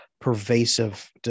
pervasive